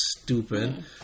stupid